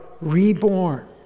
reborn